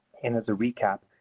and as a recap,